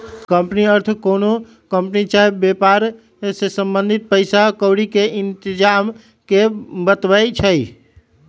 company अर्थ कोनो company चाही वेपार से संबंधित पइसा क्औरी के इतजाम के बतबै छइ